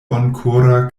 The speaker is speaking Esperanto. bonkora